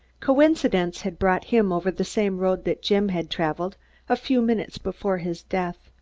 coincidence had brought him over the same road that jim had traveled a few minutes before his death.